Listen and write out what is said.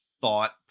thought